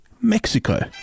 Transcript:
Mexico